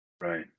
Right